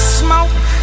smoke